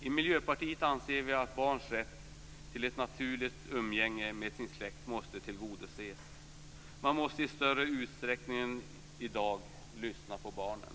I Miljöpartiet anser vi att barns rätt till ett naturligt umgänge med sin släkt måste tillgodoses. Man måste i större utsträckning än i dag lyssna på barnen.